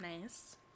Nice